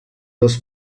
les